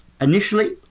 initially